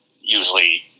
usually